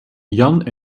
jan